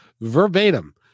verbatim